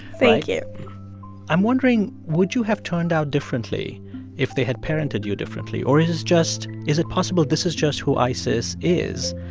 thank you i'm wondering, would you have turned out differently if they had parented you differently? or is just is it possible this is just who isis is?